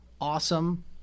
awesome